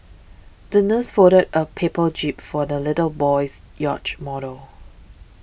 the nurse folded a paper jib for the little boy's yacht model